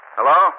Hello